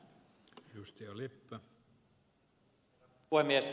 herra puhemies